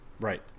Right